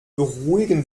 beruhigen